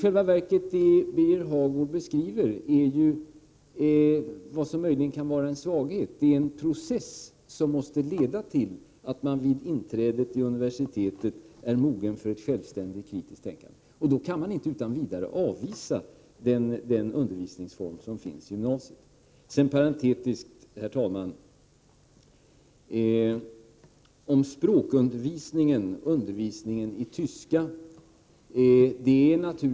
Det Birger Hagård beskriver är i själva verket vad som möjligen kan vara en svaghet: det är en process som måste leda till att man vid inträdet på universitetet är mogen för ett självständigt kritiskt tänkande. Då kan man inte utan vidare avvisa den undervisningsform som finns i gymnasiet. Sedan parentetiskt, herr talman, några ord om språkundervisningen och undervisningen i tyska.